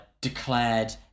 declared